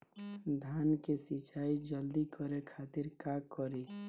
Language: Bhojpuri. धान के सिंचाई जल्दी करे खातिर का करी?